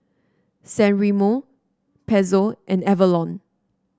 San Remo Pezzo and Avalon